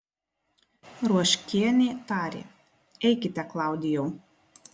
ruoškienė tarė eikite klaudijau